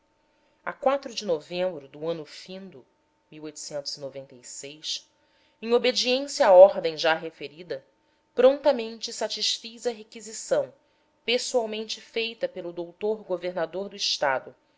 quatro de novembro do ano findo o em obediência à ordem já referida prontamente satisfiz a requisição pessoalmente feita pelo dr governador do estado